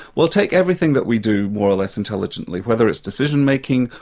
well take everything that we do more or less intelligently, whether it's decision-making,